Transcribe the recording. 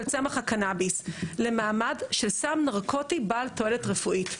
צמח הקנביס למעמד של סם נרקוטי בעל תועלת רפואית,